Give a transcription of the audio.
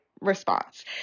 response